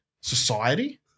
society